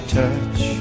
touch